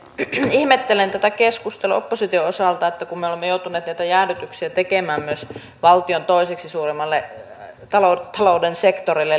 ihmettelen tätä keskustelua opposition osalta että kun me olemme joutuneet näitä jäädytyksiä tekemään myös valtion toiseksi suurimmalle talouden talouden sektorille